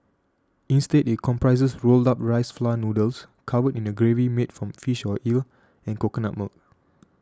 instead it comprises rolled up rice flour noodles covered in a gravy made from fish or eel and coconut milk